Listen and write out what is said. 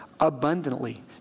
Abundantly